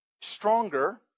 stronger